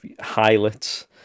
highlights